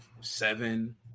seven